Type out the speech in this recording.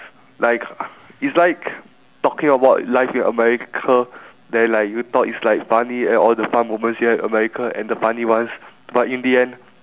like is like talking about life in america then like you thought is like funny and all the fun moments here in america and the funny ones but in the end